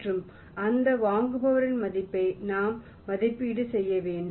மற்றும் அந்த வாங்குபவரின் மதிப்பை நாம் மதிப்பீடு செய்ய வேண்டும்